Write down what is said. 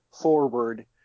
forward